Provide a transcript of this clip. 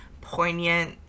poignant